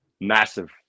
massive